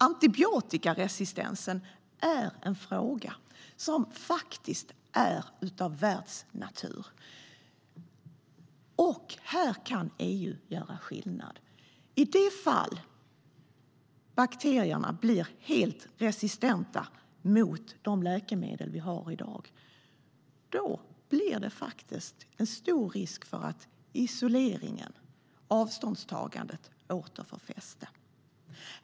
Antibiotikaresistensen är en fråga som är av världsnaturklass. Här kan EU göra skillnad. I de fall bakterierna blir helt resistenta mot de läkemedel som finns i dag råder en stor risk för att isolering och avståndstagande åter får fäste.